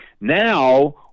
Now